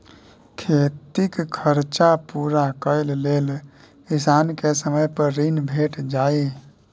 खेतीक खरचा पुरा करय लेल किसान केँ समय पर ऋण भेटि जाइए